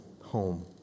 home